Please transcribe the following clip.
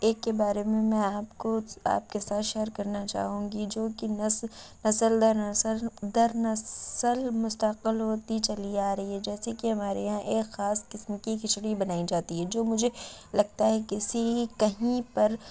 ایک کے بارے میں میں آپ کو آپ کے ساتھ شیئر کرنا چاہوں گی جوکہ نسل نسل در نسل در نسل مستقل ہوتی چلی آ رہی ہے جیسے کہ ہمارے یہاں ایک خاص قسم کی کھچڑی بنائی جاتی ہے جو مجھے لگتا ہے کہ کسی کہیں پر